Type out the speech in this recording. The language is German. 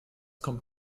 kommt